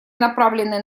направленные